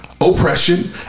oppression